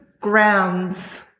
grounds